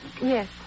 Yes